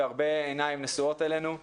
הרבה עיניים נשואות אלינו.